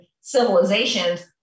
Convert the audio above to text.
civilizations